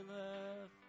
love